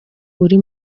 uri